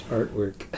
artwork